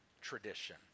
tradition